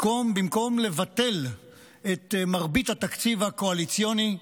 במקום לבטל את מרבית התקציב הקואליציוני,